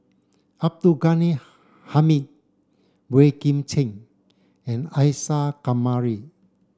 Abdul Ghani Hamid Boey Kim Cheng and Isa Kamari